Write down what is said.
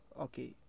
Okay